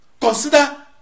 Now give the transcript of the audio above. Consider